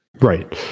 Right